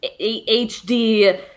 HD